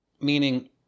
meaning